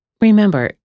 Remember